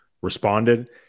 Responded